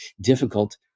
difficult